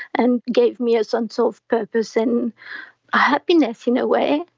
and gave me a sense of purpose and happiness, in a way,